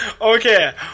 Okay